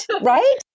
Right